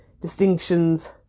distinctions